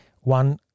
One